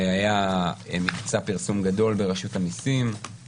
היה מבצע פרסום גדול ברשות המיסים,